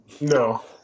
No